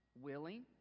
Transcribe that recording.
Willing